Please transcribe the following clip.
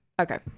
okay